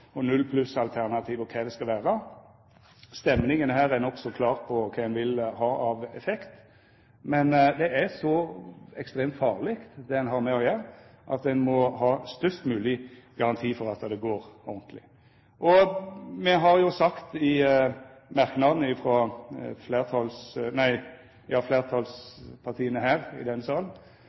kva det skal vera. Stemninga her er nokså klar på kva ein vil ha av effekt, men det er så ekstremt farleg det ein har med å gjera, at ein må ha størst mogleg garanti for at det går ordentleg føre seg. Me har sagt i merknadene frå fleirtalspartia her i denne salen